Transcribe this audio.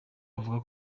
avuga